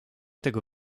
tego